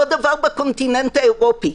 אותו דבר בקונטיננט האירופי.